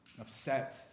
upset